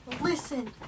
listen